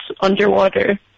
underwater